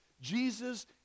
Jesus